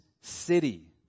city